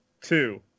Two